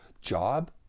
job